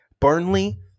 Burnley